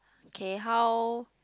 K how